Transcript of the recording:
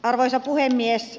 arvoisa puhemies